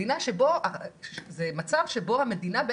זה מצב שבו המדינה,